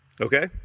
Okay